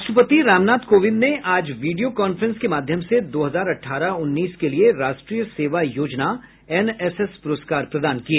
राष्ट्रपति रामनाथ कोविन्द ने आज वीडियो कॉन्फ्रेंस के माध्यम से दो हजार अठारह उन्नीस के लिए राष्ट्रीय सेवा योजना एनएसएस प्रस्कार प्रदान किए